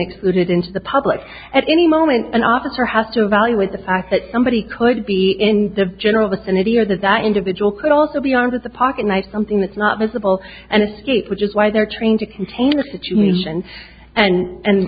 excluded into the public at any moment an officer has to evaluate the fact that somebody could be in the general vicinity or that that individual could also be armed with a pocket knife something that's not visible and it which is why they're trying to contain a situation and